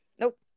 Nope